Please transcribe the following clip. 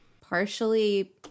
partially